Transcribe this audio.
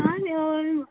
हा